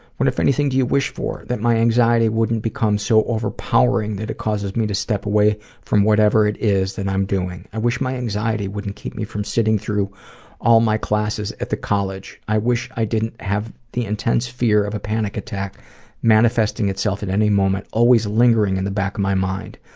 what, if anything, do you wish for? that my anxiety wouldn't become so overpowering that it causes me to step away from whatever it is that i'm doing. i wish my anxiety wouldn't keep me from sitting through all my classes at the college. i wish i didn't have the intense fear of a panic attack manifesting itself at any moment, always lingering in the back of my mind.